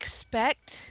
expect